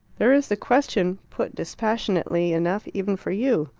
there is the question put dispassionately enough even for you.